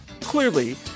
clearly